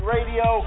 Radio